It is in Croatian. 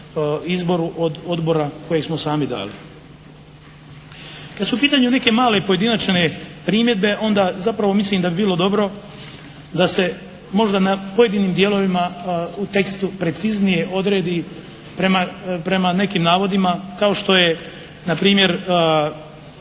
izboru od odbora koje smo sami dali. Kad su u pitanju neke male pojedinačne primjedbe onda zapravo mislim da bi bilo dobro da se možda na pojedinim dijelovima u tekstu preciznije odredi prema nekim navodima kao što je npr.